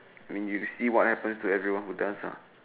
mean you see what happens to everyone who does lah